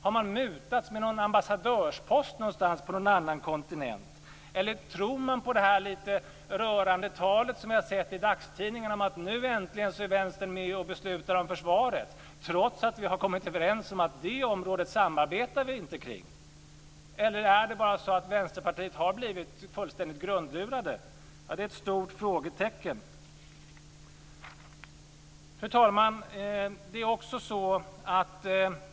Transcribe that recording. Har man mutats med någon ambassadörspost någonstans på någon annan kontinent? Eller tror man på det lite rörande talet, som man har sett i dagstidningarna, om att nu äntligen är Vänstern med och beslutar om försvaret, trots att vi har kommit överens om att detta område samarbetar vi inte kring? Eller är det bara så att Vänsterpartiet har blivit fullständigt grundlurat? Ja, det är ett stort frågetecken. Fru talman!